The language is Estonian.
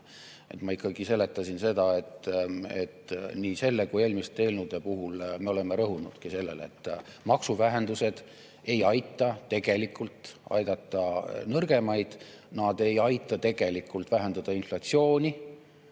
Ma ikkagi seletasin seda, et nii selle kui ka eelmiste eelnõude puhul me olemegi rõhunud sellele, et maksuvähendused ei aita tegelikult aidata nõrgemaid, nad ei aita tegelikult vähendada inflatsiooni.